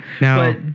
Now